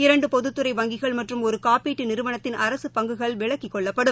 இரண்டு பொதுத்துறை வங்கிகள் மற்றும் ஒரு காப்பீட்டு நிறுவளத்தின் அரசு பங்குகள் விலக்கிக் கொள்ளப்படும்